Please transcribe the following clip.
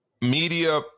media